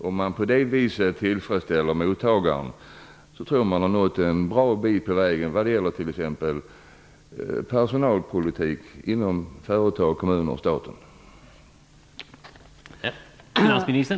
Om man på det viset tillfreds ställer mottagaren tror jag att man har nått en bra bit på vägen när det gäller t.ex. personalpolitik inom företag, kommuner och staten.